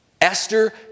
Esther